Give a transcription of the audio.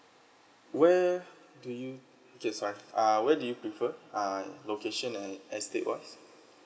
where do you K sorry err where do you prefer err location and estate wise